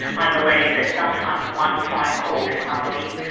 i believe that sometimes one phone call to somebody